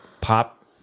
pop